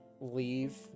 leave